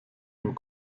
dem